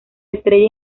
estrella